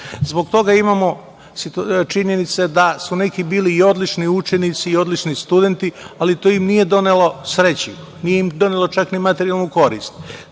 Zbog toga imamo činjenice da su neki bili i odlični učenici i odlični studenti, ali to im nije donelo sreću, nije im donelo čak ni materijalnu korist.